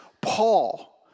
Paul